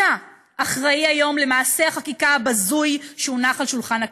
אתה אחראי היום למעשה החקיקה הבזוי שהונח על שולחן הכנסת.